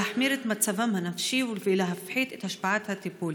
להחמיר את מצבם הנפשי ולהפחית את השפעת הטיפול.